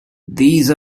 these